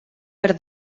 per